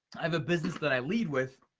have a business that i lead with